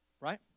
right